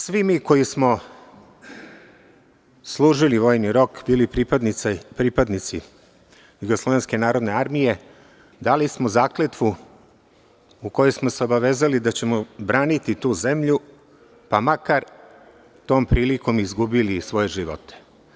Svi mi koji smo služili vojni rok, bili pripadnici JNA, dali smo zakletvu u kojoj smo se obavezali da ćemo braniti tu zemlju, pa makar tom prilikom izgubili i svoje živote.